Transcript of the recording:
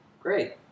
Great